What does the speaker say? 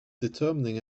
determining